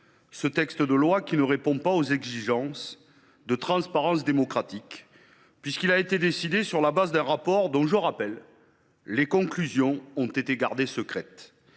ce projet de loi qui ne répond pas aux exigences de transparence démocratique, puisqu’il a été élaboré sur la base d’un rapport dont je rappelle que les conclusions ont été gardées secrètes.